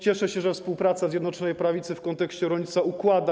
Cieszę się, że współpraca Zjednoczonej Prawicy w kontekście rolnictwa się układa.